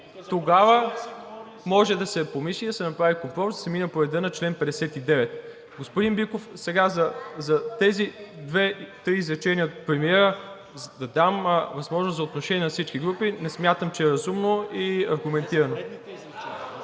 тогава може да се помисли, да се направи компромис и да се мине по реда на чл. 59. Господин Биков, сега за тези две-три изречения от премиера да дам възможност за отношение на всички групи, не смятам, че е разумно и аргументирано.